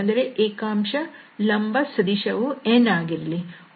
ಇದರ ಏಕಾಂಶ ಲಂಬ ಸದಿಶ ವು n ಆಗಿರಲಿ